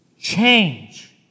Change